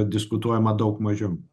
diskutuojama daug mažiau